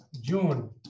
June